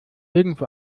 irgendwo